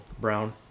brown